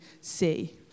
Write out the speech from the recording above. see